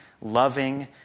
loving